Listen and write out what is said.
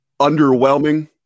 underwhelming